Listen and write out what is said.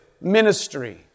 ministry